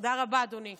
תודה רבה, אדוני.